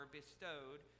bestowed